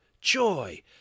joy